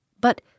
But